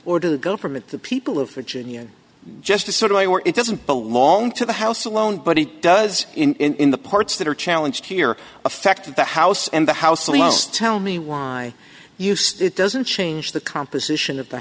or to the government the people of virginia just to sort of where it doesn't belong to the house alone but it does in the parts that are challenge here affect the house and the house leaders tell me why use it doesn't change the composition of the